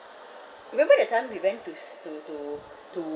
remember that time we went tos to to to